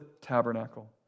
tabernacle